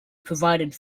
provided